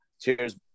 Cheers